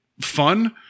fun